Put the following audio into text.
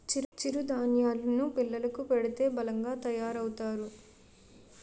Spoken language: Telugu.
చిరు ధాన్యేలు ను పిల్లలకు పెడితే బలంగా తయారవుతారు